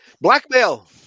Blackmail